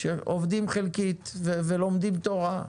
שעובדים חלקית ולומדים תורה.